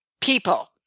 people